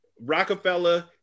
Rockefeller